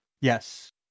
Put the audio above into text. Yes